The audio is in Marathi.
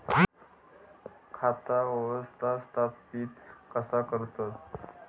खाता व्यवस्थापित कसा करतत?